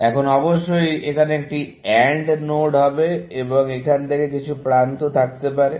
এখন অবশ্যই এখানে একটি AND নোড হবে এবং এখানে থেকে কিছু প্রান্ত থাকতে পারে